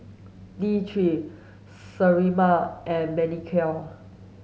T three Sterimar and Manicare